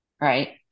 Right